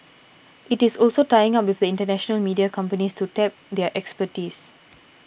it is also tying up with international media companies to tap their expertise